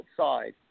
outside